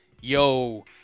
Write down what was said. yo